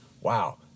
wow